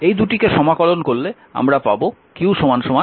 এই দুটিকে সমাকলন করলে আমরা পাব q 17